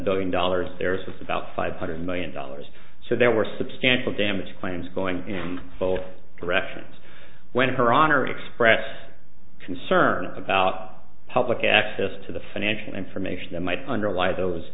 billion dollars there's about five hundred million dollars so there were substantial damage claims going in both directions when her honor expressed concern about public access to the financial information that might underlie those